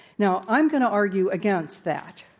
now, i'm going to argue against that.